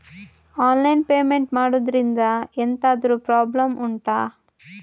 online payment ಮಾಡುದ್ರಿಂದ ಎಂತಾದ್ರೂ problem ಉಂಟಾ